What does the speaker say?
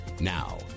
Now